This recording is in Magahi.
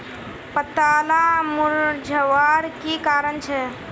पत्ताला मुरझ्वार की कारण छे?